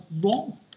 wrong